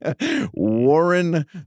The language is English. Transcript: Warren